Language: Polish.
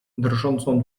drżącą